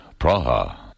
Praha